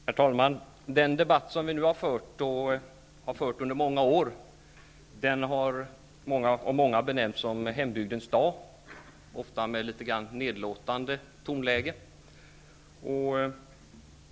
Herr talman! Den debatt vi nu och under många år har fört, har av många, ofta med litet nedlåtande ton, benämnts som hembygdens dag.